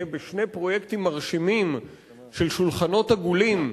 בשני פרויקטים מרשימים של "שולחנות עגולים",